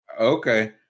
Okay